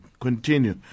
continue